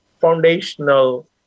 foundational